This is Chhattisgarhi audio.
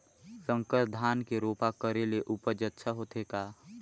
संकर धान के रोपा करे ले उपज अच्छा होथे का?